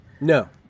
No